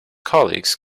colleagues